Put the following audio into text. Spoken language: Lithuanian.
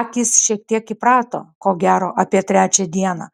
akys šiek tiek įprato ko gero apie trečią dieną